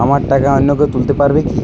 আমার টাকা অন্য কেউ তুলতে পারবে কি?